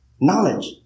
Knowledge